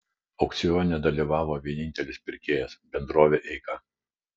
aukcione dalyvavo vienintelis pirkėjas bendrovė eika